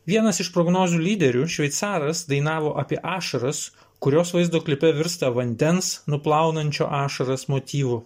vienas iš prognozių lyderių šveicaras dainavo apie ašaras kurios vaizdo klipe virsta vandens nuplaunančio ašaras motyvu